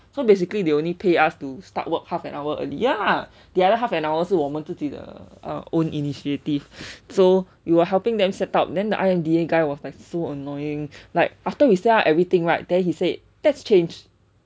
so basically they only pay us to start work half an hour earlier ya the other half an hour 是我们自己的 own initiative so you are helping them set up then I_M_D guy was like so annoying like after we set up everything right then he said that's changed